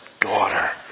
Daughter